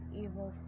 evil